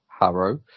Harrow